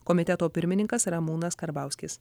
komiteto pirmininkas ramūnas karbauskis